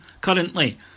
currently